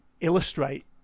illustrate